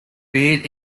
beard